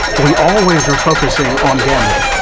we always are focusing on gambling.